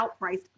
outpriced